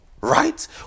Right